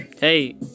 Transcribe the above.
Hey